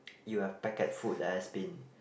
you have packet food that has been